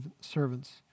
servants